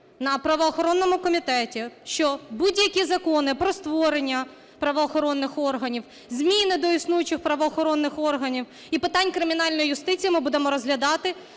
на правоохоронному комітеті, що будь-які закони про створення правоохоронних органів, зміни до існуючих правоохоронних органів і питань кримінальної юстиції ми будемо розглядати